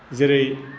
जेरै